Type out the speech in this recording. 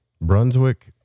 Brunswick